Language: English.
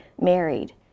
married